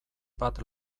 bat